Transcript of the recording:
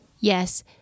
Yes